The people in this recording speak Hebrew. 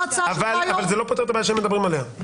אבל זה לא פותר את הבעיה שהם מדברים עליה.